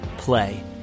play